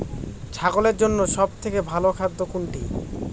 ছাগলের জন্য সব থেকে ভালো খাদ্য কোনটি?